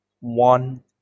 one